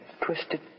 twisted